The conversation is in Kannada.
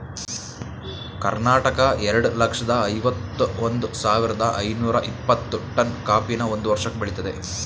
ಕರ್ನಾಟಕ ಎರಡ್ ಲಕ್ಷ್ದ ಐವತ್ ಒಂದ್ ಸಾವಿರ್ದ ಐನೂರ ಇಪ್ಪತ್ತು ಟನ್ ಕಾಫಿನ ಒಂದ್ ವರ್ಷಕ್ಕೆ ಬೆಳಿತದೆ